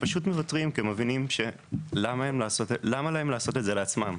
ופשוט מוותרים כי הם מבינים שלמה להם לעשות את זה לעצמם.